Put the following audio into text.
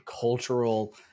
cultural